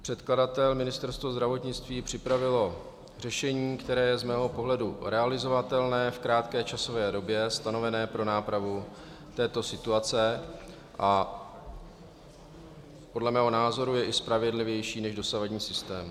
Předkladatel, Ministerstvo zdravotnictví, připravil řešení, které je z mého pohledu realizovatelné v krátké časové době stanovené pro nápravu této situace a podle mého názoru je i spravedlivější než dosavadní systém.